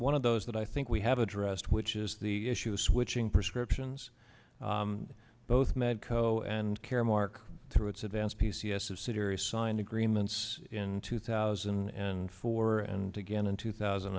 one of those that i think we have addressed which is the issue of switching prescriptions both medco and caremark through its advanced p c s of sirius signed agreements in two thousand and four and again in two thousand